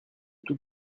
tout